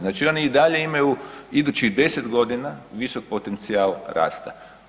Znači oni i dalje imaju idućih 10 g. visok potencijal rasta.